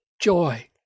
joy